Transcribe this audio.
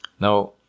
Now